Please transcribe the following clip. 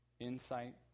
insight